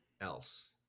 else